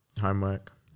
Homework